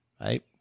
right